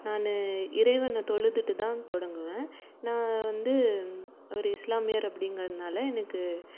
நான் இறைவனை தொழுதுவிட்டுதான் தொடங்குவேன் நான் வந்து ஒரு இஸ்லாமியர் அப்படிங்குறதனால எனக்கு